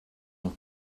noch